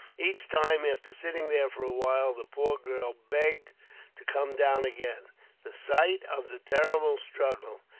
each time, after sitting there for a while, the poor girl begged to come down again the sight of the terrible struggle,